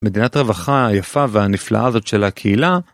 מדינת הרווחה היפה והנפלאה הזאת של הקהילה.